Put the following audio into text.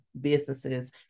businesses